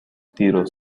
tiro